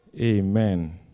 Amen